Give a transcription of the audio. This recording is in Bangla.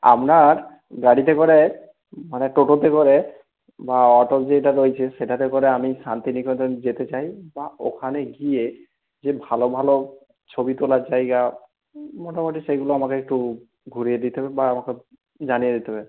আপনার গাড়িতে করে মানে টোটোতে করে বা অটো যেটা রয়েছে সেটাতে করে আমি শান্তিনিকেতন যেতে চাই বা ওখানে গিয়ে যে ভালো ভালো ছবি তোলার জায়গা মোটামুটি সেগুলো আমাকে একটু ঘুরিয়ে দিতে হবে বা আমাকে জানিয়ে দিতে হবে